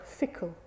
fickle